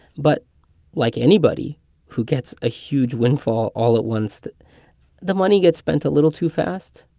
but like anybody who gets a huge windfall all at once, the the money gets spent a little too fast.